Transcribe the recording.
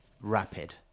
rapid